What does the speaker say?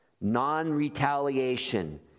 Non-retaliation